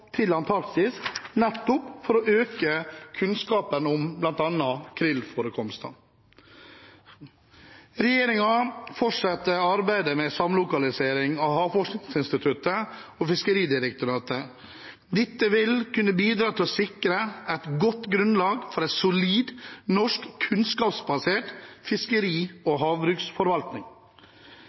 til Antarktis nettopp for å øke kunnskapen om bl.a. krillforekomster. Regjeringen fortsetter arbeidet med samlokalisering av Havforskningsinstituttet og Fiskeridirektoratet. Dette vil kunne bidra til å sikre et godt grunnlag for en solid norsk kunnskapsbasert fiskeri- og havbruksforvaltning.